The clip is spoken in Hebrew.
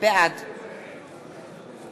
בעד